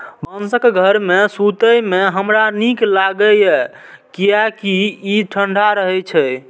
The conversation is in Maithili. बांसक घर मे सुतै मे हमरा नीक लागैए, कियैकि ई ठंढा रहै छै